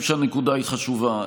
כי אני חושב שהנקודה חשובה.